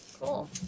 Cool